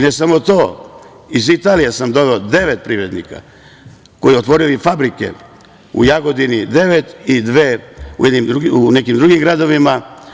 Ne samo to, iz Italije sam doveo devet privrednika koji su otvorili fabrike, u Jagodini devet i dve u nekim drugim gradovima.